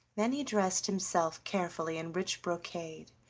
then he dressed himself carefully in rich brocade,